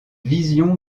vision